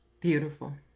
Beautiful